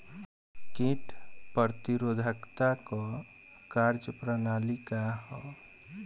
कीट प्रतिरोधकता क कार्य प्रणाली का ह?